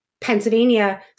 Pennsylvania